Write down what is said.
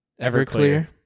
Everclear